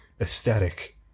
aesthetic